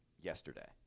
yesterday